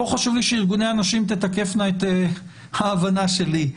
פה חשוב לי שארגוני האנשים תתקפנה את ההבנה שלי.